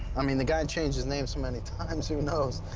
i mean, the guy changed his name so many times, who knows?